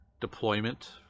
deployment